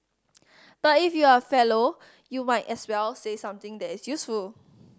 but if you are a fellow you might as well say something that is useful